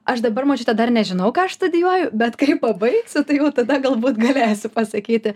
aš dabar močiute dar nežinau ką aš studijuoju bet kai pabaigsiu tai jau tada galbūt galėsiu pasakyti